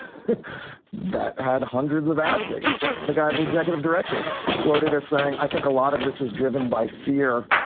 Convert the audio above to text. that had hundreds of athletes. the guy, the executive director quoted as saying, i think a lot of this is driven by fear.